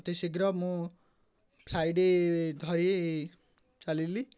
ଅତି ଶୀଘ୍ର ମୁଁ ଫ୍ଲାଇଟ୍ ଧରି ଚାଲିଲି